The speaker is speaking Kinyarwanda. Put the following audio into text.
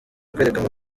kwerekanwa